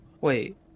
wait